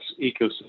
ecosystem